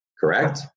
correct